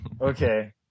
okay